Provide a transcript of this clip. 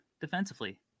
defensively